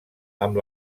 amb